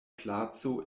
placo